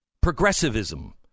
progressivism